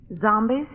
Zombies